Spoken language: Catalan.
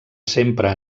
sempre